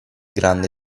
grande